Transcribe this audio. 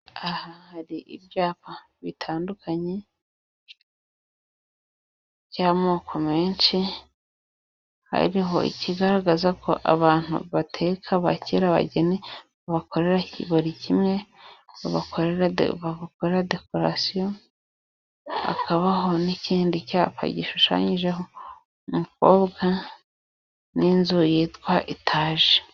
Aha hari ibyapa bitandukanye by'amoko menshi; hariho ikigaragaza ko abantu bateka, bakira abageni babakorera buri kimwe: babakorera de kolasiyo, hakabaho n'ikindi cyapa gishushanyijeho umukobwa n'inzu yitwa itaje.